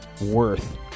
worth